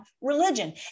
religion